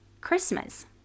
Christmas